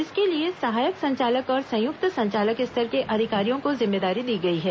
इसके लिए सहायक संचालक और संयुक्त संचालक स्तर के अधिकारियों को जिम्मेदारी दी गई है